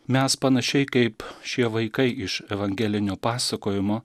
mes panašiai kaip šie vaikai iš evangelinio pasakojimo